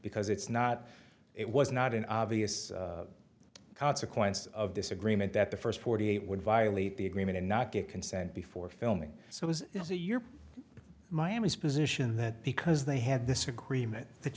because it's not it was not an obvious consequence of this agreement that the first forty eight would violate the agreement and not get consent before filming so it was a year miami's position that because they had this agreement that